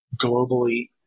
globally